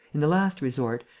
in the last resort,